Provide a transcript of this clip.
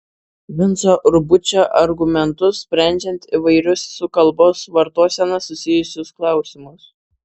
vinco urbučio argumentus sprendžiant įvairius su kalbos vartosena susijusius klausimus